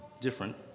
different